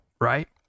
right